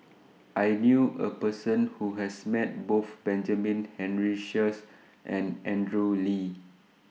I knew A Person Who has Met Both Benjamin Henry Sheares and Andrew Lee